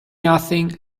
nothing